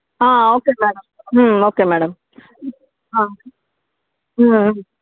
okay madam okay madam